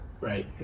Right